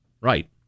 right